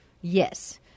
Yes